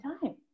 time